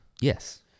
Yes